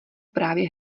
právě